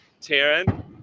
Taryn